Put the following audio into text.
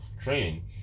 training